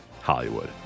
Hollywood